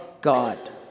God